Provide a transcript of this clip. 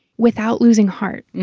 without losing heart?